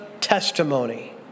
testimony